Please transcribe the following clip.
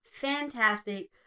fantastic